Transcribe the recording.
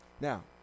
Now